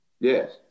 yes